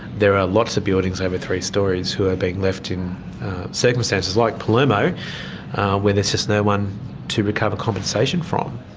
there are lots of buildings over three storeys who are being left in circumstances like palermo where there's just no one to recover compensation from.